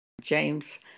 James